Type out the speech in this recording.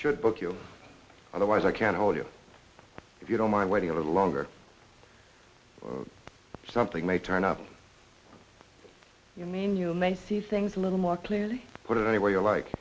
should book you otherwise i can't hold you if you don't mind waiting a little longer or something may turn up you mean you may see things a little more clearly put it anywhere you like